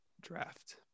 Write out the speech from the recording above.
draft